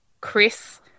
Chris